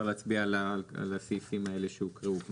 יהיה להצביע על הסעיפים האלה שהוקראו,